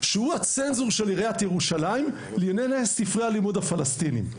שהוא הצנזור של עיריית ירושלים לענייני ספרי הלימוד הפלסטיניים.